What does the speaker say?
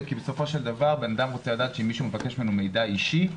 כי בסופו של דבר אדם רוצה לדעת שאם מישהו מבקש ממנו מידע אישי,